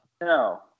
No